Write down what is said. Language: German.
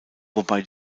wobei